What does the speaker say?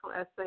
essay